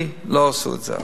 לצערי, לא עשו את זה אז,